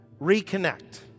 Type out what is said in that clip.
Reconnect